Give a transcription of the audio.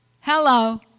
Hello